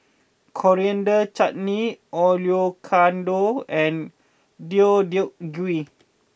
Coriander Chutney Oyakodon and Deodeok Gui